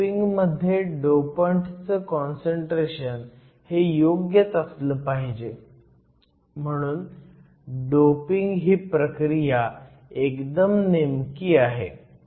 doping मध्ये dopant चं concentration हे योग्यच असलं पाहिजे म्हणून डोपिंग ही प्रक्रिया एकदम नेमकी आहे